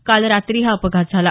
काल रात्री हा अपघात झाला